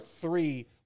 three